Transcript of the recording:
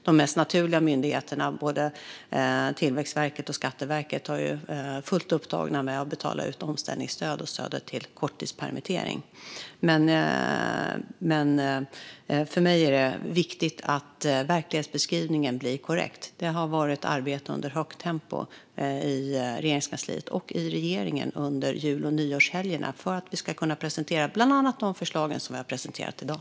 De mest naturliga myndigheterna, både Tillväxtverket och Skatteverket, var ju fullt upptagna med att betala ut omställningsstöd och stödet till korttidspermittering. För mig är det viktigt att verklighetsbeskrivningen blir korrekt. Det har varit arbete i högt tempo i Regeringskansliet och i regeringen under jul och nyårshelgerna för att vi ska kunna presentera bland annat de förslag som vi har presenterat i dag.